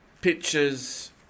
pictures